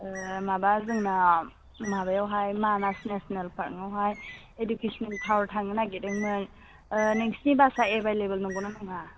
माबा जोंना माबायावहाय मानास नेसनेल पार्कआवहाय इडुकेसनेल थांनो नागिरदोंमोन नोंसिनि बासआ एभेलेबेल नंगौना नङा